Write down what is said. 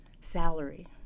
salary